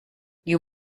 you